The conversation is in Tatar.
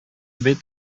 бит